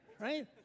Right